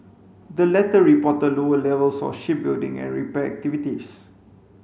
the latter reported lower levels of shipbuilding and repair activities